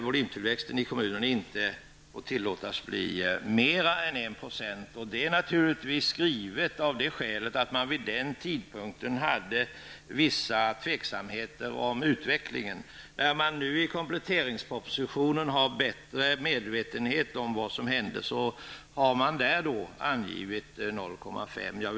Volymtillväxten i kommunerna får inte tillåtas bli högre än 1 %. Det skrevs av det skälet att man vid den tidpunkten var tveksam inför utvecklingen. När man nu vet vad som hände, har man i kompletteringspropositionen angivit 0,5 %.